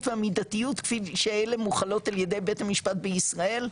והמידתיות שאלה מוחלות על ידי בית המשפט בישראל,